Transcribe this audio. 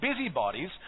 busybodies